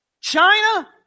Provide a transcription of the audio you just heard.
China